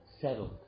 settled